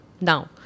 Now